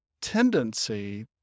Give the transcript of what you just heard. tendency